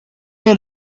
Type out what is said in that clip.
know